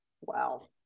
Wow